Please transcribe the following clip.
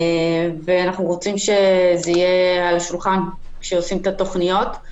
אנחנו רוצים שזה יהיה על השולחן כשעושים את התוכניות.